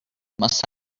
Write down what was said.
must